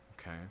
okay